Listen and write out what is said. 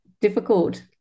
difficult